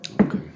Okay